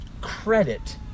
credit